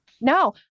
No